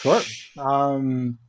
Sure